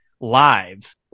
live